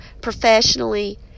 Professionally